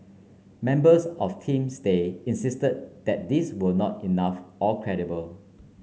members of Team Stay insisted that these were not enough or credible